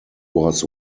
was